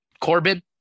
Corbin